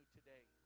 today